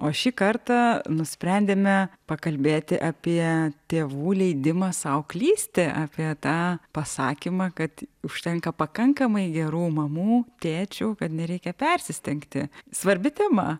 o šį kartą nusprendėme pakalbėti apie tėvų leidimą sau klysti apie tą pasakymą kad užtenka pakankamai gerų mamų tėčių kad nereikia persistengti svarbi tema